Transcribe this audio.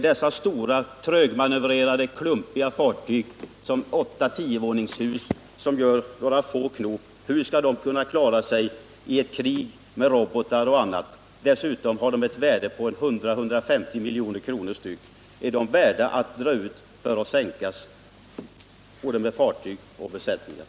Dessa stora, trögmanövrerade och klumpiga fartyg stora som 8-10-våningshus och som gör några få knop, hur skall de kunna klara sig i ett krig med robotar och annat? Dessutom är de värda 100-150 milj.kr. styck. Är inte fartyg och besättning värda väl mycket för att dra ut för att sänkas?